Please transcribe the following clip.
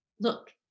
look